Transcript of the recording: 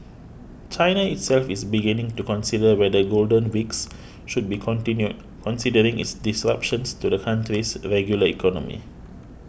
China itself is beginning to consider whether Golden Weeks should be continued considering its disruptions to the country's regular economy